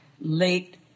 late